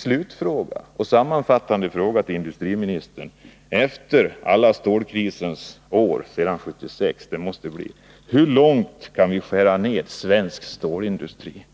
Slutligen och sammanfattningsvis vill jag fråga industriministern nu efter alla stålkrisens år alltsedan 1976: Hur långt kan vi skära ned svensk stålindustri